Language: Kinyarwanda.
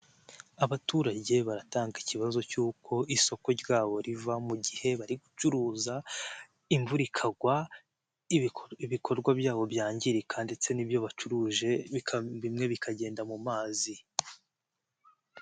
Abaturage baratanga ikibazo cy'uko isoko ryabo riva mu gihe bari gucuruza, imvura ikagwa ibikorwa byabo byangirika ndetse n'ibyo bacuruje bimwe bikagenda mu mazi.